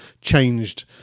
changed